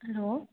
hello